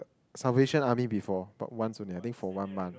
Salvation Army before but once only I think for one month